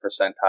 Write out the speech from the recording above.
percentile